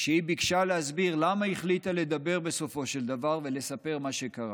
כשהיא ביקשה להסביר למה החליטה לדבר בסופו של דבר ולספר מה שקרה.